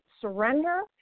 surrender